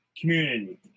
community